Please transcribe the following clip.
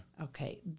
Okay